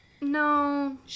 no